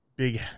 Big